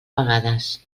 pagades